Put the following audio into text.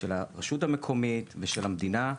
של הרשות המקומית ושל המדינה.